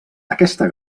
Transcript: aquesta